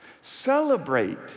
celebrate